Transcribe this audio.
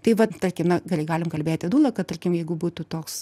tai vat tarkim na gali galim kalbėti dulą kad tarkim jeigu būtų toks